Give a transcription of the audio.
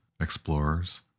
explorers